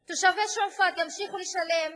תושבי שועפאט ימשיכו לשלם מסים,